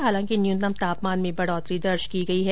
हालांकि न्यूनतम तापमान में बढ़ोतरी दर्ज की गई है